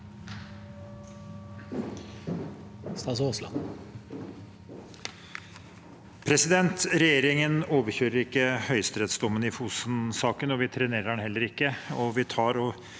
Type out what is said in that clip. Aasland Regjeringen overkjører ikke høyesterettsdommen i Fosen-saken, og vi trenerer den heller ikke.